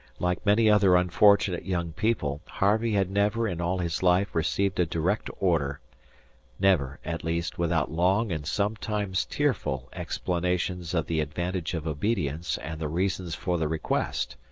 like many other unfortunate young people, harvey had never in all his life received a direct order never, at least, without long, and sometimes tearful, explanations of the advantages of obedience and the reasons for the request.